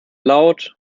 laut